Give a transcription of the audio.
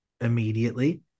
immediately